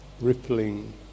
rippling